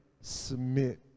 submit